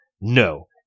No